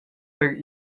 per